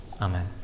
amen